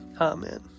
Amen